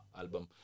album